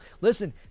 Listen